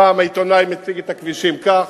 פעם העיתונאי מציג את הכבישים כך,